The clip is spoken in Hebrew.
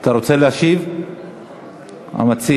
אתה רוצה להשיב, המציע?